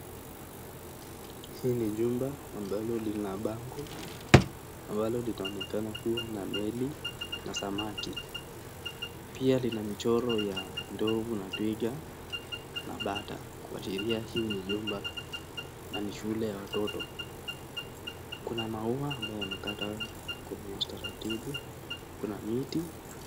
Hii ni jumba amablo lina bango ambalo linaonekana kuwa na meli na samaki. Pia lina michoro ya ndovu na twiga na bata kuashiria hili ni jumba na ni shule ya watoto. Kuna maua ambayo imekatwa kwa utaratibu na kuna miti.